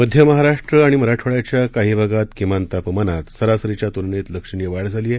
मध्य महाराष्ट्र आणि मराठवाड्याच्या काही भागात किमान तापमानात सरासरीच्या तुलनेत लक्षणीय वाढ झाली आहे